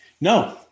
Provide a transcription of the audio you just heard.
No